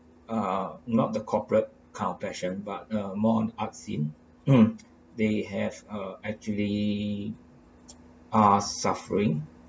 ah not the corporate kind of passion but uh more on art scene they have uh actually are suffering